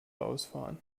ausfahren